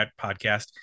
podcast